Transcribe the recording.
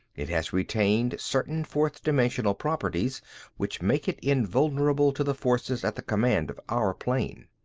it has retained certain fourth-dimensional properties which make it invulnerable to the forces at the command of our plane.